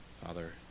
Father